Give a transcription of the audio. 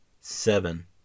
seven